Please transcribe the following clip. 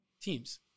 teams